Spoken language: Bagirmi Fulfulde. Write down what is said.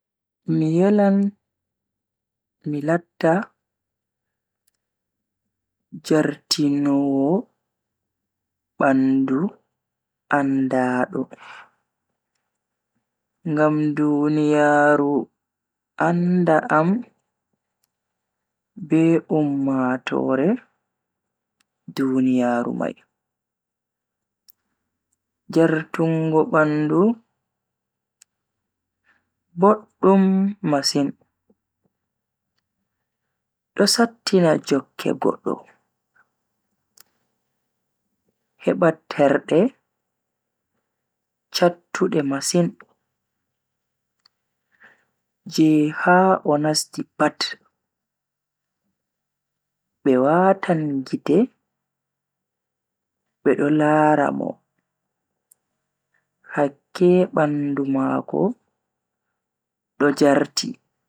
Mi yelan mi latta jartinoowo bandu andaado. Ngam duniyaaru anda am be ummatoore duniyaaru mai. Jartungo bandu boddum masin, do sattina jokke goddo heba terde chattude masin je ha o nasti pat be watan gite be do lara mo hakke bandu mako do jarti.